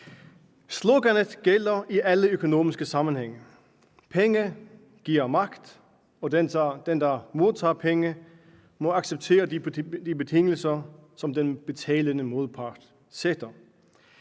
Sloganet gælder i alle økonomiske sammenhænge. Penge giver magt, og den, der modtager penge, må acceptere de betingelser, som den betalende modpart fastsætter.